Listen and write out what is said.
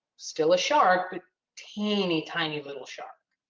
still a shark, but teeny tiny little shark.